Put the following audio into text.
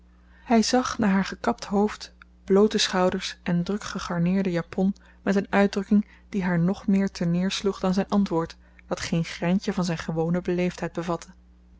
hij zag naar haar gekapt hoofd bloote schouders en druk gegarneerde japon met een uitdrukking die haar nog meer terneersloeg dan zijn antwoord dat geen greintje van zijn gewone beleefdheid bevatte